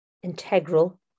Integral